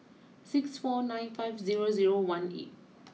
six four nine five zero zero one eight